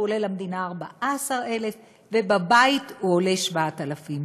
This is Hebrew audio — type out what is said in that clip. עולה למדינה 14,000 ובבית הוא עולה 7,000 שקלים.